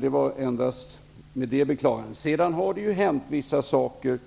Det har hänt, vilket